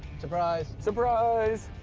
surprise. surprise.